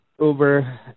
Uber